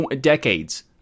decades